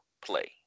play